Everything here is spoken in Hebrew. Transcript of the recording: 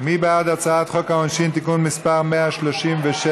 מי בעד הצעת חוק העונשין (תיקון מס' 136)?